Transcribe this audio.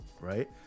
Right